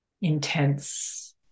intense